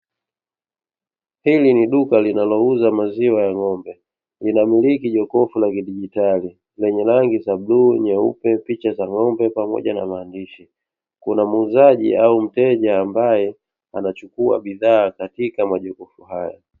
Hili ni duka linalouza maziwa ya ng'ombe, inamiliki jokofu la kidigitali lenye rangi za: bluu, nyeupe; picha za ng'ombe pamoja na maandishi. Kuna muuzaji au mteja ambaye anachukua bidhaa katika majokofu hayo.